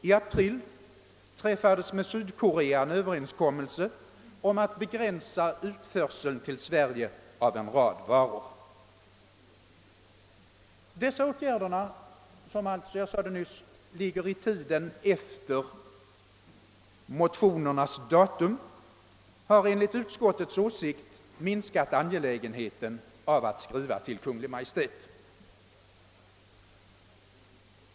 I april träffades med Sydkorea en överenskommelse om att begränsa utförseln till Sverige av en rad varor. Dessa åtgärder — som jag nyss sade har de vidtagits efter det att motionerna skrevs — har enligt utskottets åsikt minskat angelägenheten av att skriva till Kungl. Maj:t.